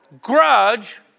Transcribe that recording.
grudge